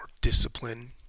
discipline